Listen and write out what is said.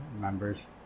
members